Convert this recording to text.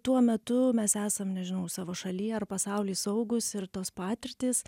tuo metu mes esam nežinau savo šaly ar pasauly saugūs ir tos patirtys